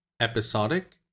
episodic